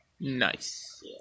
Nice